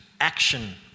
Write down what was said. action